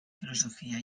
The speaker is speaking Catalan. filosofia